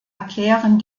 erklären